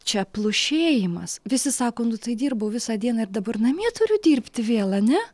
čia plušėjimas visi sako nu tai dirbau visą dieną ir dabar namie turiu dirbti vėl ane